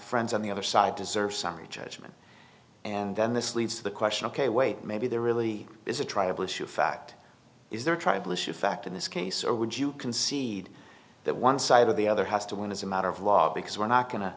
friends on the other side deserved summary judgment and then this leads to the question ok wait maybe there really is a tribal issue fact is there tribal issue fact in this case or would you concede that one side or the other has to win as a matter of law because we're not go